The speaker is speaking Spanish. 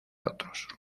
otros